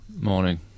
Morning